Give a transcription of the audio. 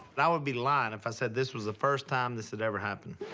but i would be lying if i said this was the first time this had ever happened.